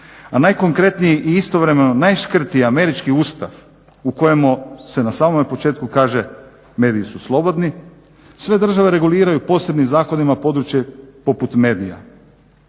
a najkonkretniji i istovremeno najškrtiji američki ustav u kojemu se na samom početku kaže mediji su slobodni. Sve države reguliraju posebnim zakonima područje poput medija.